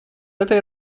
этой